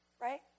right